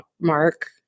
mark